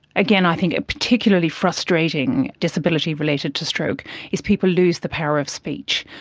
again, i think a particularly frustrating disability related to stroke is people lose the power of speech.